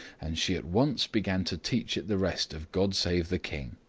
and she at once began to teach it the rest of god save the king.